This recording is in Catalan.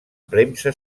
premsa